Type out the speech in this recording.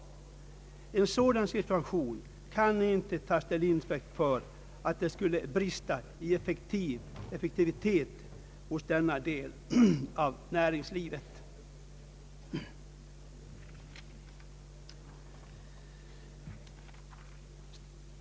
En sådan situation kan inte tas till intäkt för att det skulle brista i effektivitet hos denna del av näringslivet.